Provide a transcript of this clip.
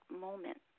moment